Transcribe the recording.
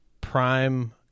prime